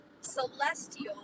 Celestial